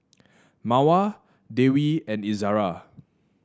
Mawar Dewi and Izara